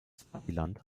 swasiland